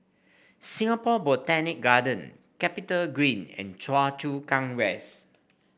Singapore Botanic Garden CapitaGreen and Choa Chu Kang West